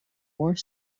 more